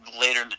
later